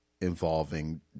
involving